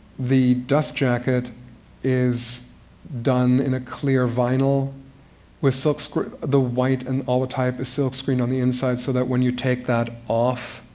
the dust jacket is done in a clear vinyl with silkscreen the white and all the type is silk screened on the inside, so that when you take that off